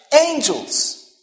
angels